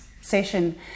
session